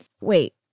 Wait